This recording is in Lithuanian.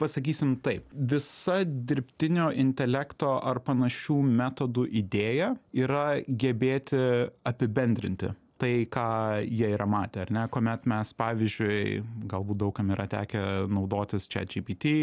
pasakysim taip visa dirbtinio intelekto ar panašių metodų idėja yra gebėti apibendrinti tai ką jie yra matę ar ne kuomet mes pavyzdžiui galbūt daug kam yra tekę naudotis chatgpt